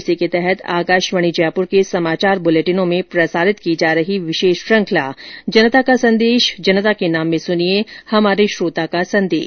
इसी के तहत आकाशवाणी जयपुर के समाचार बुलेटिनों में प्रसारित की जा रही विशेष श्रृखंला जनता का संदेश जनता के नाम में सुनिये हमारे श्रोता का संदेश